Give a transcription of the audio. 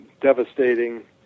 devastating